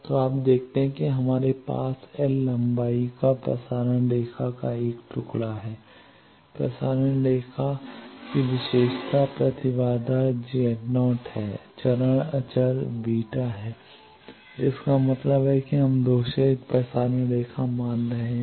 तो आप देखते हैं कि हमारे पास एल लंबाई का प्रसारण रेखा का एक टुकड़ा है l प्रसारण रेखा की विशेषता प्रतिबाधा Z 0 है चरण अचर β है इसका मतलब है कि हम दोषरहित प्रसारण रेखा मान रहे हैं